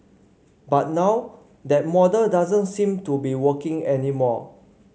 but now that model doesn't seem to be working anymore